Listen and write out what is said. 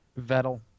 Vettel